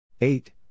eight